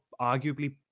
arguably